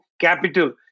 capital